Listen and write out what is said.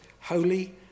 holy